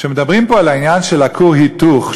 כשמדברים פה על העניין של כור היתוך,